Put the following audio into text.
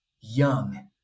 Young